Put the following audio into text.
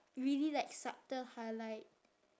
really like subtle highlight